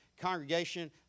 congregation